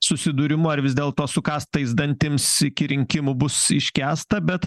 susidūrimu ar vis dėlto sukąstais dantims iki rinkimų bus iškęsta bet